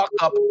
up